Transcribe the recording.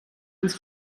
uns